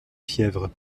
fièvre